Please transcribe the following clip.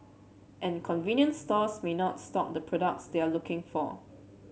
and convenience stores may not stock the products they are looking for